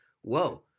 whoa